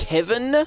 Kevin